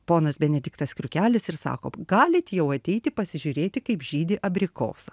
ponas benediktas kriukelis ir sako galit jau ateiti pasižiūrėti kaip žydi abrikosa